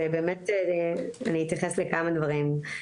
אני אתייחס למספר דברים.